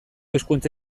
hizkuntza